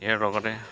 ইয়াৰ লগতে